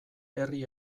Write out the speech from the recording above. herri